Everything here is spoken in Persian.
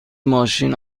ماشین